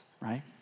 right